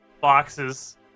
boxes